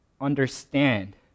understand